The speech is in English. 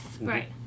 Right